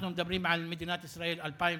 אנחנו מדברים על מדינת ישראל 2013,